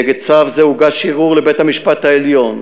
נגד צו זה הוגש ערעור לבית-המשפט העליון,